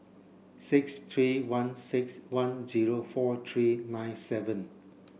six three one six one zero four three nine seven